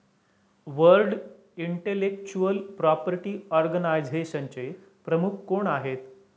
World intellectual property ऑर्गनायझेशनचे प्रमुख कोण आहेत?